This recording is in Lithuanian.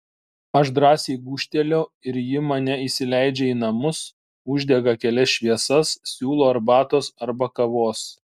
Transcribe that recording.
aš drąsiai gūžteliu ir ji mane įsileidžia į namus uždega kelias šviesas siūlo arbatos arba kavos